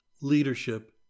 leadership